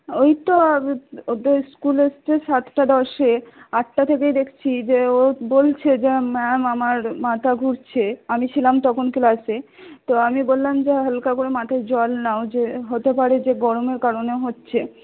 ওই তো ওদের স্কুল হচ্ছে সাতটা দশে আটটা থেকেই দেখছি যে ও বলছে যে ম্যাম আমার মাথা ঘুরছে আমি ছিলাম তখন ক্লাসে তো আমি বললাম যে হালকা করে মাথায় জল নাও যে হতে পারে যে গরমের কারণে হচ্ছে